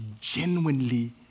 genuinely